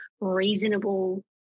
reasonable